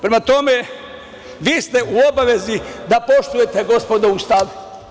Prema tome, vi ste u obavezi da poštujete, gospodo, Ustav.